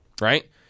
right